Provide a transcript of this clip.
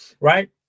right